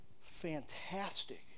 fantastic